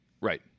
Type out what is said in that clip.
Right